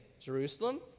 Jerusalem